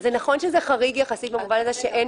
זה נכון שזה חריג יחסית במובן הזה שאין